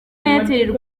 airtel